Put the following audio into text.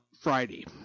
Friday